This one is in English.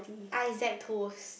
Isaac toes